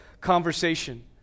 conversation